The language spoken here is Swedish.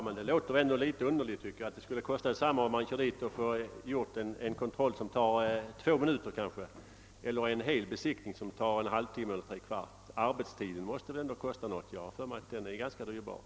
Herr talman! Det låter underligt att det skulle kosta lika mycket att göra en kontroll som bara tar kanske ett par minuter som att genomföra en besiktning, för vilken det behövs en halvtimme eller 45 minuter. Arbetstiden är väl ändå ganska dyrbar. Ordet lämnades på begäran till Chefen för kommunikationsdeparte